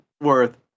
worth